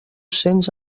cens